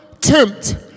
tempt